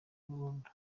burundu